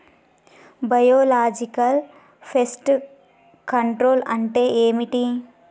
Biological pest control అంటే ఏమిటి?